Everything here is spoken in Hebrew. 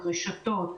רשתות,